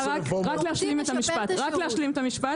רק להשלים את המשפט.